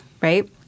right